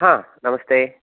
हा नमस्ते